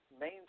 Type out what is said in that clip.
main